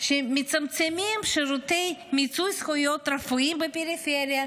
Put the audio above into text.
שמצמצמים שירותי מיצוי זכויות רפואיות בפריפריה,